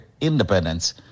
independence